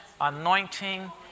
anointing